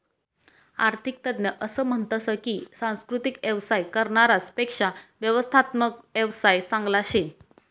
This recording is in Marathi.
आरर्थिक तज्ञ असं म्हनतस की सांस्कृतिक येवसाय करनारास पेक्शा व्यवस्थात्मक येवसाय चांगला शे